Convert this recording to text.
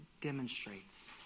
demonstrates